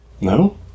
No